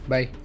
Bye